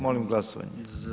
Molim glasovanje.